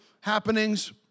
happenings